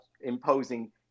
imposing